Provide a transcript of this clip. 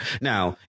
Now